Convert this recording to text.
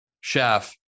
chef